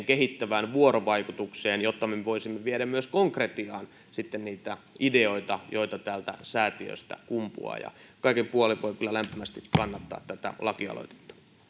kehittävään vuorovaikutukseen jotta me voisimme viedä myös konkretiaan sitten niitä ideoita joita täältä säätiöstä kumpuaa kaikin puolin voin kyllä lämpimästi kannattaa tätä lakialoitetta